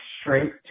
straight